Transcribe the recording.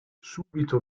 subito